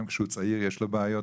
גם כשהוא צעיר יש לו בעיות